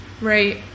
Right